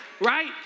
right